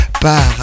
par